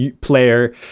player